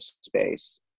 space